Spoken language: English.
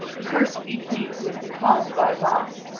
cursed be he who is the cause of our loss!